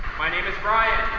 my name is ryan.